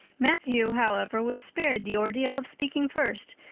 matthew, however, was spared the ordeal of speaking first,